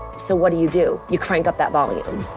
so what do you do? you crank up that volume.